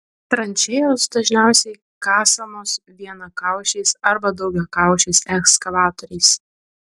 tranšėjos dažniausiai kasamos vienakaušiais arba daugiakaušiais ekskavatoriais